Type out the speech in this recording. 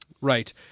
Right